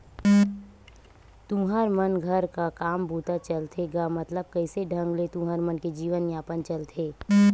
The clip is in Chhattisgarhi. तुँहर मन घर का काम बूता चलथे गा मतलब कइसे ढंग ले तुँहर मन के जीवन यापन चलथे?